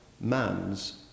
Man's